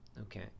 okay